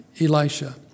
Elisha